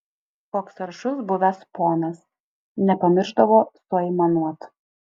koks aršus buvęs ponas nepamiršdavo suaimanuot